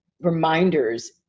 reminders